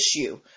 issue